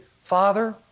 Father